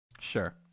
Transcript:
Sure